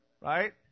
right